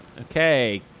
Okay